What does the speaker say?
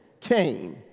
came